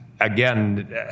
Again